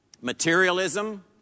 Materialism